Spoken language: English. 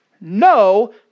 no